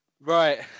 Right